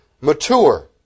mature